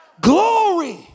glory